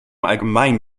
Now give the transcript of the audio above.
allgemeinen